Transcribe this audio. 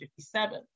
1957